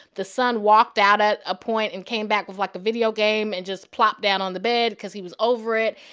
the son walked out at a point and came back with, like, a video game and just plopped down on the bed because he was over it.